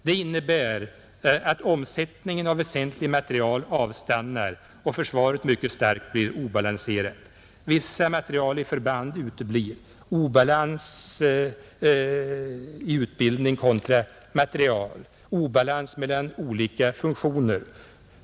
Det innebär att omsättningen av väsentlig materiel avstannar och försvaret blir mycket starkt obalanserat. Viss materiel i förband uteblir. Det blir obalans i utbildning kontra materiel och obalans mellan olika funktioner.